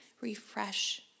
refresh